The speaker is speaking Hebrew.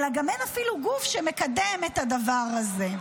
אלא גם אין אפילו גוף שמקדם את הדבר הזה.